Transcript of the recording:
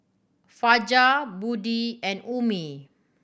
Fajar Budi and Ummi